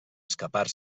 escapar